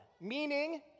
meaning